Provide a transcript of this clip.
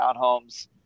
townhomes